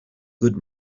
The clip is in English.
good